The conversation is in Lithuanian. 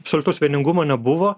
absoliutaus vieningumo nebuvo